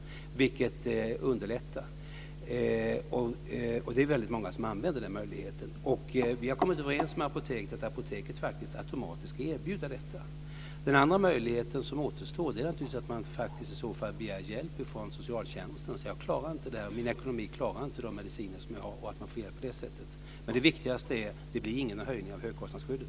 Det underlättar. Det är väldigt många som använder den möjligheten. Vi har kommit överens med apoteket om att apoteket faktiskt automatiskt ska erbjuda detta. Den andra möjligheten som återstår är naturligtvis att man begär hjälp från socialtjänsten och säger: Jag klarar inte detta. Min ekonomi är inte sådan att jag kan betala för de mediciner som jag behöver. Men det viktigaste är att det inte blir någon höjning av högkostnadsskyddet.